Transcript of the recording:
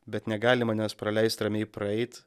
bet negali manęs praleist ramiai praeit